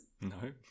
no